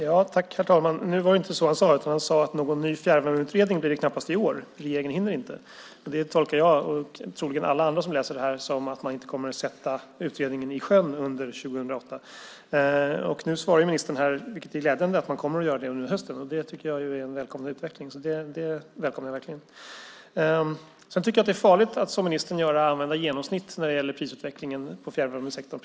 Herr talman! Nu var det inte så han sade. Han sade att det knappast blir någon ny fjärrvärmeutredning i år; regeringen hinner inte. Det tolkar jag, och troligen alla andra som läser det här, som att man inte kommer att sätta utredningen i sjön under 2008. Nu svarar ministern, vilket är glädjande, att man kommer att göra det under hösten. Det tycker jag verkligen är en välkommen utveckling. Det är farligt att, som ministern gör, använda genomsnitt när det gäller prisutvecklingen i fjärrvärmesektorn.